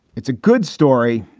it's a good story.